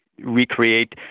recreate